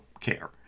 care